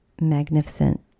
magnificent